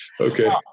Okay